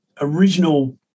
original